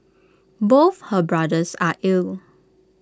both her brothers are ill